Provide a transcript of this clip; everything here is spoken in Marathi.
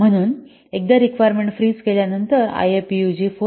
म्हणून एकदा रिक्वायरमेंट फ्रीझ केल्यानंतर आयएफपीयूजी 4